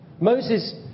Moses